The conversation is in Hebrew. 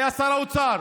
היה שר האוצר,